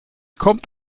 kommt